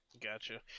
gotcha